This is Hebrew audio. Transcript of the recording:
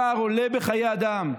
הפער עולה בחיי אדם.